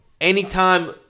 Anytime